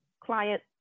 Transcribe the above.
client